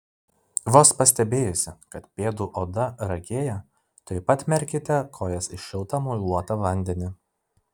vos pastebėjusi kad pėdų oda ragėja tuoj pat merkite kojas į šiltą muiluotą vandenį